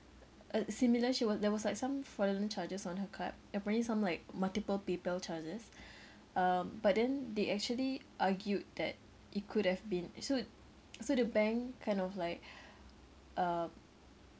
a similar she was there was like some fraudulent charges on her card apparently some like multiple Paypal charges um but then they actually argued that it could have been so so the bank kind of like uh